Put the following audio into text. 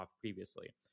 previously